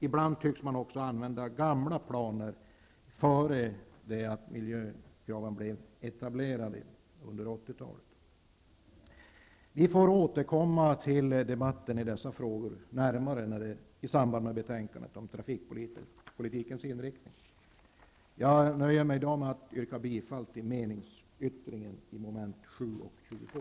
Ibland tycks man använda gamla planer, dem som fanns innan miljökraven blev etablerade under 80-talet. Vi får återkomma till debatten i dessa frågor i samband med betänkandet om trafikpolitikens inriktning. Jag nöjer mig med att yrka bifall till meningsyttringarna under mom. 7 och 22.